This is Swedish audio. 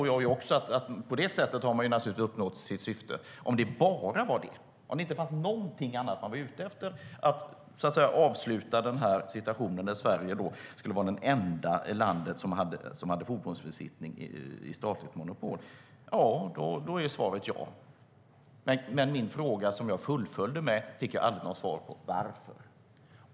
Jag förstår att man har uppnått sitt syfte om man definierar det så, men fanns det inget annat man var ute efter än att få ett slut på situationen där Sverige alltså skulle vara det enda landet som hade fordonsbesiktning som statligt monopol? Svaret på detta var ja, men jag fick aldrig något svar på min följdfråga: Varför?